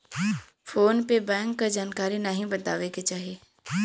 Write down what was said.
phone पे bank क जानकारी नाहीं बतावे के चाही